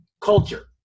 culture